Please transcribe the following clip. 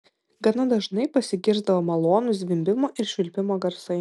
gana dažnai pasigirsdavo malonūs zvimbimo ir švilpimo garsai